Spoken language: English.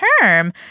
term